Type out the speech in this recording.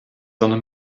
sonne